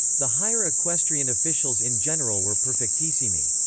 the higher equestrian officials in general were perfectissimi,